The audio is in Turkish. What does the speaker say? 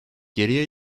geriye